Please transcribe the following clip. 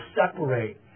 separate